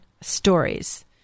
stories